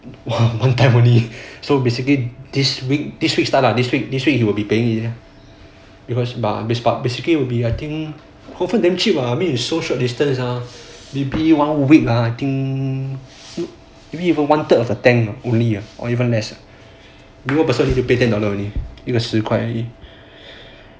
one time only so basically this week this week start ah this week trip he will be paying because but but basically one week ah I think also damn cheap lah it's so short distance mah one week one third of tank or even lesser two person ah one week like ten dollar only